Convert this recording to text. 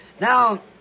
Now